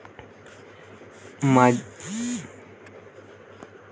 माझ्या वडिलांनी कापूस लागवडीमध्ये कीटकनाशकांच्या वापरामुळे उत्पादन वाढवले आहे